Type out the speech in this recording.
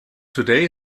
today